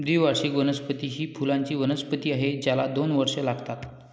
द्विवार्षिक वनस्पती ही फुलांची वनस्पती आहे ज्याला दोन वर्षे लागतात